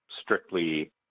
strictly